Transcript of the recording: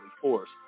force